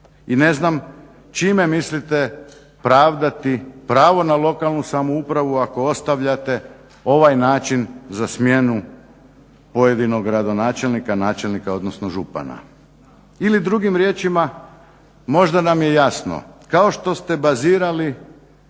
I ne znam čime mislite pravdati pravo na lokalna samoupravu ako ostavljate ovaj način za smjenu pojedinog načelnika, gradonačelnika odnosno župana. Ili drugim riječima možda nam je jasno kao što ste bazirali